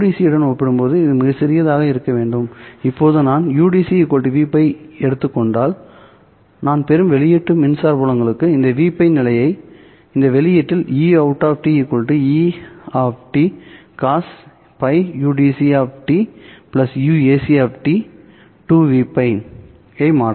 udc உடன் ஒப்பிடும்போது இது மிகச் சிறியதாக இருக்க வேண்டும் இப்போது நான் udc Vπ ஐ எடுத்துக் கொண்டால் நான் பெறும் வெளியீட்டு மின்சார புலங்களுக்கு இந்த Vπ நிலையை இந்த வெளிப்பாட்டில் EoutE¿ cosπ udc uac 2V π மாற்றவும்